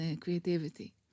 creativity